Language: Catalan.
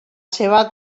seva